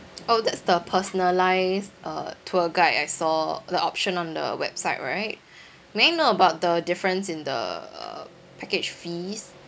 orh that's the personalised uh tour guide I saw the option on the website right may I know about the difference in the uh package fees